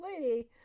Lady